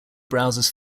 browsers